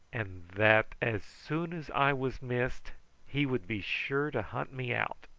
and that as soon as i was missed he would be sure to hunt me out.